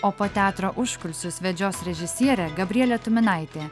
o po teatro užkulisius vedžios režisierė gabrielė tuminaitė